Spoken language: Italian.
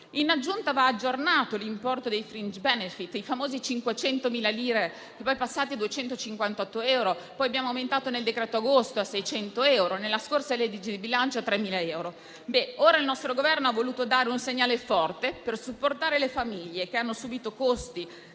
In aggiunta, va aggiornato l'importo dei *fringe benefit*, le famose 500.000 lire poi passate a 258 euro, che poi abbiamo aumentato nel decreto agosto a 600 euro e nella scorsa legge di bilancio a 3.000 euro. Ebbene, ora il nostro Governo ha voluto dare un segnale forte per supportare le famiglie che hanno subìto